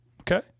okay